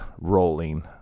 rolling